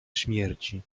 śmierci